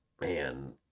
Man